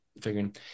figuring